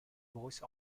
voice